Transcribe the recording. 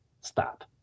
Stop